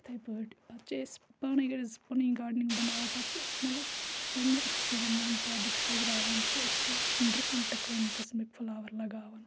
یِتھَے پٲٹھۍ پَتہٕ چھِ أسۍ پانَے ییٚلہِ أسۍ پَنٕنۍ گاڈنِنٛگ بَناوو پَتہٕ چھِ أسۍ مطلب پنٛنہِ اٮ۪کٕسپیٖریَن مُطابِق سَجراوان سُہ أسۍ چھِ ڈِفرَنٛٹ کٲم قٕسمٕکۍ فٕلاوَر لَگاوان